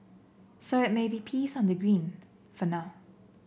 so it may be peace on the green for now